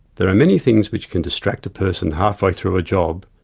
there are many things which can distract a person half way through a job,